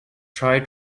try